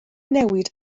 newid